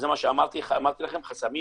זה מה שאמרתי לכם, חסמים